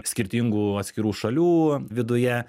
skirtingų atskirų šalių viduje